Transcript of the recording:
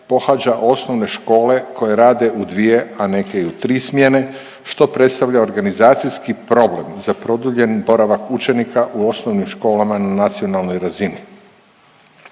pohađa osnovne škole koje rade u dvije, a neke i u tri smjene što predstavlja organizacijski problem za produljen boravak učenika u osnovnim školama na nacionalnoj razini.